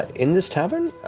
in this tavern,